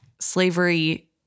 slavery